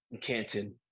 Canton